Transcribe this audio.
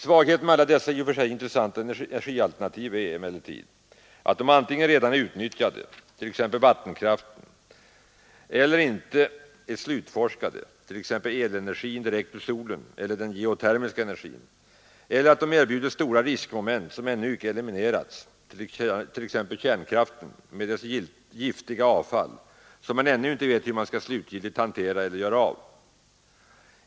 Svagheten med alla dessa i och för sig intressanta energialternativ är, att de antingen redan är utnyttjade, t.ex. vattenkraften, eller ännu icke är slutforskade, t.ex. elenergin direkt ur solen eller den geotermiska energin, eller att de erbjuder stora riskmoment, som ännu icke eliminerats, t.ex. kärnkraften med dess giftiga avfall, som man ännu icke vet hur man skall slutgiltigt hantera eller göra av.